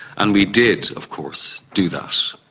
and we did of course do that,